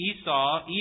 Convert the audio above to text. Esau